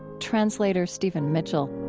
translator stephen mitchell.